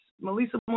Melissa